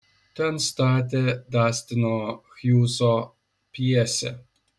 ten statė dastino hjūzo pjesę